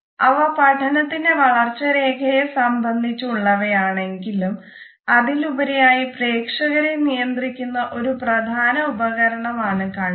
അവ പഠനത്തിന്റെ വളർച്ച രേഖയെ സംബന്ധിച്ച് ഉള്ളവയാണ് എങ്കിലും അതിലുപരിയായി പ്രേക്ഷകരെ നിയന്ത്രിക്കുന്ന ഒരു പ്രധാന ഉപകരണം ആണ് കണ്ണുകൾ